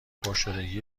پرشدگی